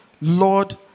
Lord